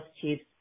chiefs